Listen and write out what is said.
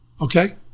okay